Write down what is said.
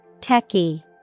Techie